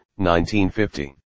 1950